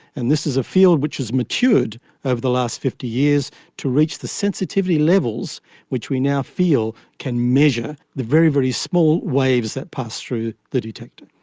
and this is a field which has matured over the last fifty years to reach the sensitivity levels which we now feel can measure the very, very small waves that pass through the detector.